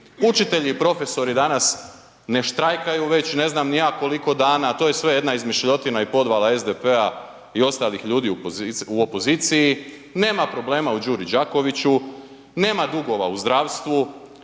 Učitelji, profesori danas ne štrajkaju već ne znam ni ja koliko dana, to je sve jedna izmišljotina i podvala SDP-a i ostalih ljudi u opoziciji. Nema problema u Đuri Đakoviću, nema dugova u zdravstvu,